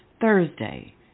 Thursday